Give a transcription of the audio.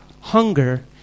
hunger